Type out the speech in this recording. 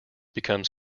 becomes